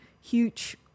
huge